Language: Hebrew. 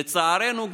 לצערנו,